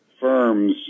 firms